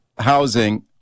Housing